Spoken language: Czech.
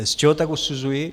Z čeho tak usuzuji?